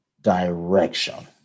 direction